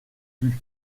plus